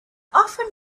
often